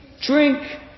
drink